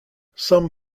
some